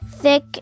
thick